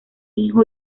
hijo